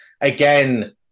Again